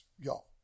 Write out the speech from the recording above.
y'all